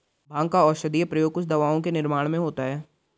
भाँग का औषधीय प्रयोग कुछ दवाओं के निर्माण में होता है